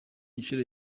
nshuro